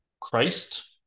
Christ